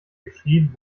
geschrieben